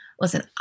listen